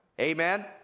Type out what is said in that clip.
Amen